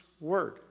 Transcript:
word